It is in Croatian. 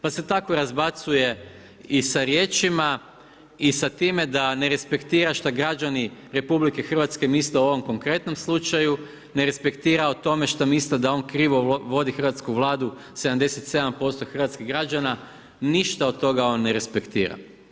Pa se tako razbacaju i sa riječima i sa time da ne respektira šta građani RH misle o ovom konkretnom slučaju, ne respektira o tome što misle da on krivo vodi Hrvatsku vladu, 77% hrvatskih građana, ništa od toga on ne respektira.